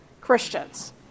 Christians